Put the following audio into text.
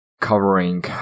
Covering